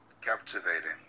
captivating